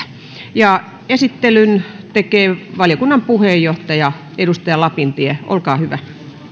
esittelyn tekee valiokunnan puheenjohtaja edustaja lapintie olkaa hyvä